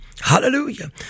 Hallelujah